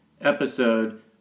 episode